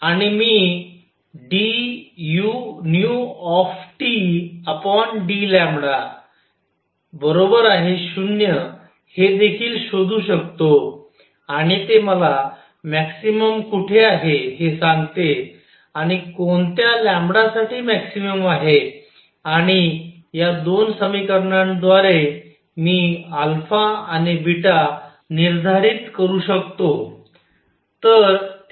आणि मी dudλ0 हे देखील शोधू शकतो आणि ते मला मॅक्सिमम कुठे आहे हे सांगते आणि कोणत्या λ साठी मॅक्सिमम आहे आणि या दोन समीकरणांद्वारे मी आणि निर्धारित करू शकतो